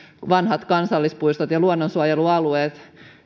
vanhat kansallispuistomme ja luonnonsuojelualueemme